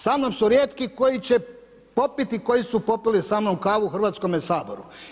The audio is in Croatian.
Samnom su rijetki koji će popiti i koji su popili samnom kavu u Hrvatskome saboru.